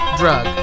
drug